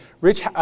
rich